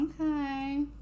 okay